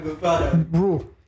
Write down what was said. bro